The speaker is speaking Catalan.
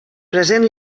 present